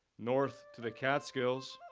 north to the catskills,